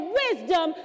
wisdom